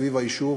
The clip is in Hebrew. סביב היישוב,